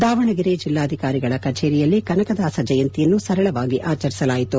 ದಾವಣಗೆರೆ ಜಿಲ್ಲಾಧಿಕಾರಿಗಳ ಕಚೇರಿಯಲ್ಲಿ ಕನಕದಾಸ ಜಯಂತಿಯನ್ನು ಸರಳವಾಗಿ ಆಚರಿಸಲಾಯಿತು